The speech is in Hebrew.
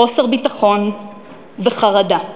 חוסר ביטחון וחרדה.